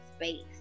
space